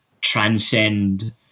transcend